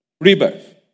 rebirth